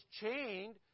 chained